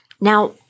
Now